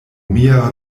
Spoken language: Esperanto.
mia